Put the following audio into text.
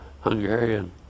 Hungarian